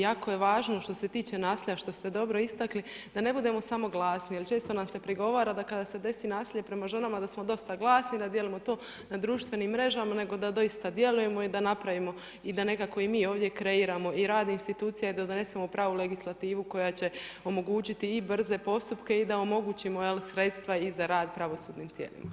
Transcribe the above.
Jako je važno što se tiče nasilja što ste dobro istakli, da ne budemo samo glasni jer često nam se prigovara da kada se desi nasilje prema ženama, da smo dosta glasni, da dijelimo to na društvenim mrežama, nego da doista djelujemo i da napravimo da nekako i mi ovdje kreiramo i rad institucija i da donesemo pravu legislativu koja će omogućiti i brze postupke i da omogućimo sredstva i za rad pravosudnim tijelima.